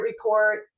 report